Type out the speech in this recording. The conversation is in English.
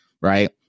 right